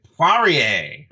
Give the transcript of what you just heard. Poirier